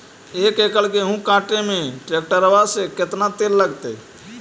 एक एकड़ गेहूं काटे में टरेकटर से केतना तेल लगतइ?